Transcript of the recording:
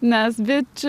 nes bitčių